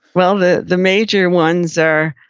well, the the major ones are,